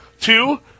two